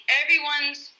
everyone's